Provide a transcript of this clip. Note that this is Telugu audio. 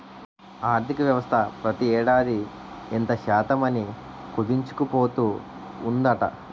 ఆర్థికవ్యవస్థ ప్రతి ఏడాది ఇంత శాతం అని కుదించుకుపోతూ ఉందట